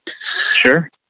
Sure